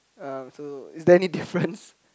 um so is there any difference